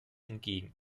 entgegen